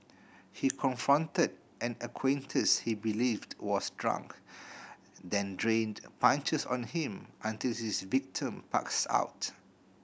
he confronted an acquaintance he believed was drunk then rained punches on him until his victim passed out